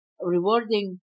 rewarding